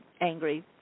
angry